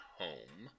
home